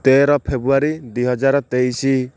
ତେର ଫେବୃଆରୀ ଦୁଇ ହଜାର ତେଇଶି